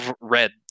Read